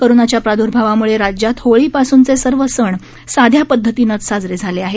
कोरोनाच्या प्रादर्भावामुळे राज्यात होळीपासुनचे सर्व सण साध्या पदधतीनंच साजरे झाले आहेत